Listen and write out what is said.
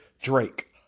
Drake